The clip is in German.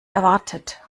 erwartet